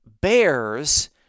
bears